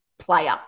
player